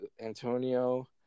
Antonio